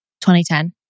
2010